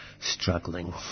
Struggling